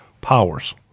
powers